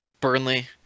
Burnley